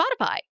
Spotify